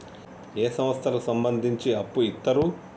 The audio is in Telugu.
ఏ సంస్థలకు సంబంధించి అప్పు ఇత్తరు?